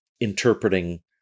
interpreting